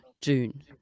June